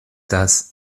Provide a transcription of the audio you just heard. das